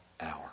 hour